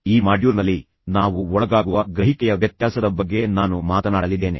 ಈಗ ಈ ಮಾಡ್ಯೂಲ್ನಲ್ಲಿ ನಾವು ಒಳಗಾಗುವ ಗ್ರಹಿಕೆಯ ವ್ಯತ್ಯಾಸದ ಬಗ್ಗೆ ನಾನು ಮಾತನಾಡಲಿದ್ದೇನೆ